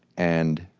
and